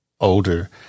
older